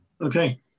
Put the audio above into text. Okay